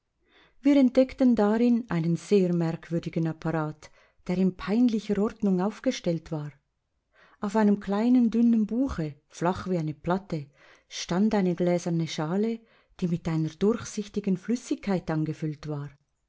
wir entdeckten darin einen sehr merkwürdigen apparat der in peinlicher ordnung aufgestellt war auf einem kleinen dünnen buche flach wie eine platte stand eine gläserne schale die mit einer durchsichtigen flüssigkeit angefüllt war